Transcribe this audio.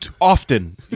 Often